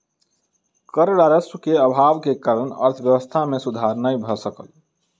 कर राजस्व के अभाव के कारण अर्थव्यवस्था मे सुधार नै भ सकल